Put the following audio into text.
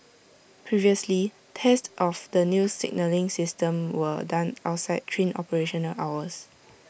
previously tests of the new signalling system were done outside train operational hours